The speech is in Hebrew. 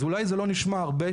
אז אולי זה לא נשמע הרבה,